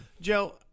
Joe